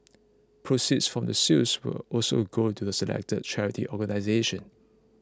proceeds from the sales will also go to the selected charity organisations